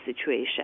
situation